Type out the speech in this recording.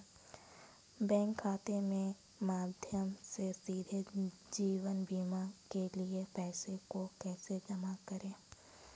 Bank खाते के माध्यम से सीधे जीवन बीमा के लिए पैसे को कैसे जमा करें?